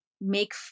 make